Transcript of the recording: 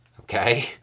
okay